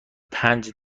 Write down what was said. پنج